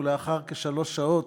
ולאחר כשלוש שעות,